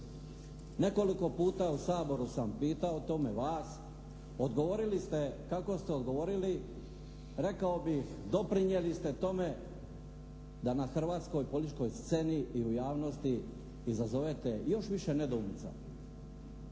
Koliko puta u Saboru sam pitao o tome vas, odgovorili ste kako ste odgovorili. Rekao bi doprinijeli ste tome da na hrvatskoj političkoj sceni i u javnosti izazovete još više nedoumica.